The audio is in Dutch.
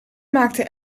maakte